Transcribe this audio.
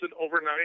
overnight